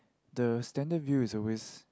the standard view is always